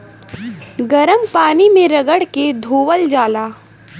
गरम पानी मे रगड़ के धोअल जाला